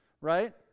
right